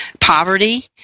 poverty